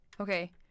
Okay